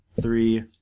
three